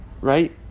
Right